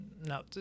No